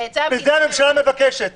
ואת זה הממשלה מבקשת